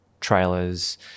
trailers